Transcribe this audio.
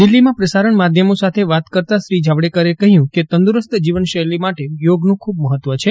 દિલ્હીમાં પ્રસારજ્ઞ માધ્યમો સાથે વાત કરતાં શ્રી જાવડેકરે કહયું કે તંદુરસ્ત જીવન શૈલી માટે યોગનું ખુબ મહત્વ છે